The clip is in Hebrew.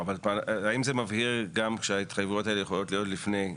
האם זה מבהיר גם שההתחייבויות האלה גם יכולות להיות לפני?